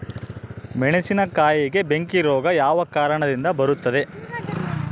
ಮೆಣಸಿನಕಾಯಿಗೆ ಬೆಂಕಿ ರೋಗ ಯಾವ ಕಾರಣದಿಂದ ಬರುತ್ತದೆ?